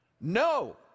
no